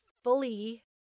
fully